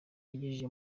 yagejeje